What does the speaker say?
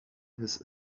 his